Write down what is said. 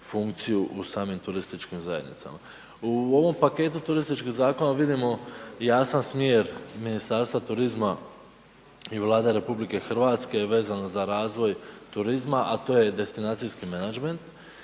u samim turističkim zajednicama. U ovom paketu turističkih zakona vidimo jasan smjer Ministarstva turizma i Vlade Republike Hrvatske vezano za razvoj turizma, a to je destinacijski menadžment